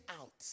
out